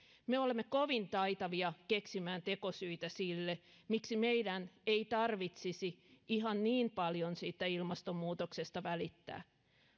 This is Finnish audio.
me olemme kovin taitavia keksimään tekosyitä sille miksi meidän ei tarvitsisi ihan niin paljon siitä ilmastonmuutoksesta välittää